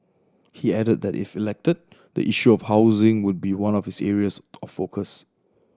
he added that if elected the issue of housing would be one of his areas of focus